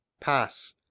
pass